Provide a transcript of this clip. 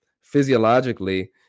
physiologically